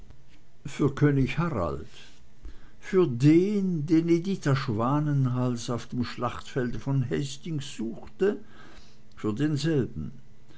für könig harald für den den editha schwanenhals auf dem schlachtfelde von hastings suchte für denselben